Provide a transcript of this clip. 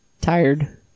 tired